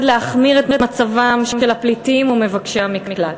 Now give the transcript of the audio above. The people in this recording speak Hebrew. להחמיר את מצבם של הפליטים ומבקשי המקלט.